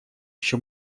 еще